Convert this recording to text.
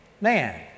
Man